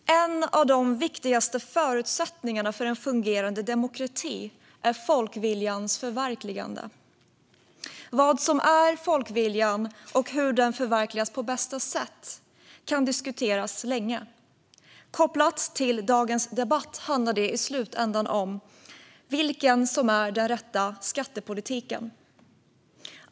Fru talman! En av de viktigaste förutsättningarna för en fungerande demokrati är folkviljans förverkligande. Vad som är folkviljan och hur den förverkligas på bästa sätt kan diskuteras länge. Kopplat till dagens debatt handlar det i slutändan om vilken som är den rätta skattepolitiken.